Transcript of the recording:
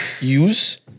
use